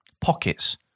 pockets